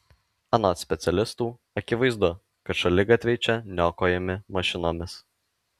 anot specialistų akivaizdu kad šaligatviai čia niokojami mašinomis